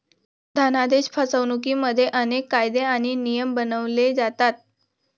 धनादेश फसवणुकिमध्ये अनेक कायदे आणि नियम बनवले जातात